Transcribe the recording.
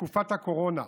בתקופת הקורונה,